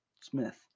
Smith